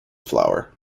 flower